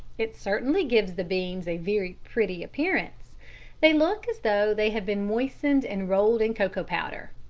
it certainly gives the beans a very pretty appearance they look as though they have been moistened and rolled in cocoa powder.